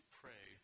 pray